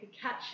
catch